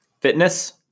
fitness